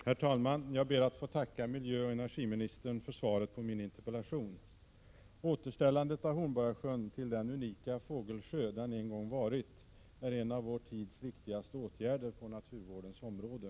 Herr talman! Jag ber att få tacka miljöoch energiministern för svaret på min interpellation. Återställandet av Hornborgasjön till den unika fågelsjö den en gång varit är en av vår tids viktigaste åtgärder på naturvårdens område.